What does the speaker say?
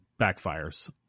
backfires